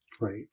Right